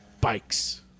bikes